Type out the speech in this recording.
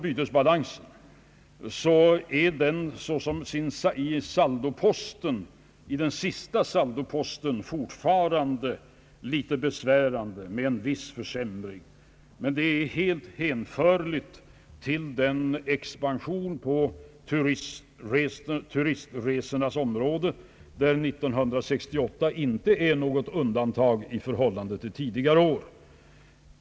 Bytesbalansen är i den sista saldoposten fortfarande litet besvärande med en viss försämring, men denna är helt hänförlig till expansionen på turistresornas område, där 1968 inte är något undantag i förhållande till tidigare år.